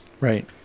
right